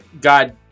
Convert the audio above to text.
God